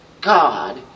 God